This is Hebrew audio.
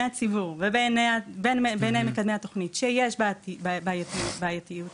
הציבור ובעיני מקדמי התוכנית שישי בה בעייתיות מבחינתם,